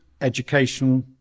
educational